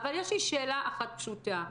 אבל יש לי שאלה אחת פשוטה,